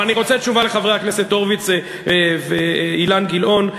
אבל אני רוצה לתת תשובה לחברי הכנסת הורוביץ ואילן גילאון,